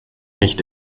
nicht